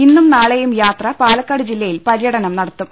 ഇന്നും നാളെയും യാത്ര പാലക്കാട് ജില്ലയിൽ പ്ര്യടനം നടത്തും